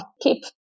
keep